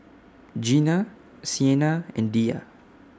Gina Siena and Diya